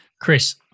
Chris